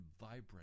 vibrant